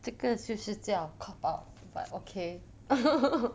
这个就是叫 cop out but okay